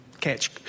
catch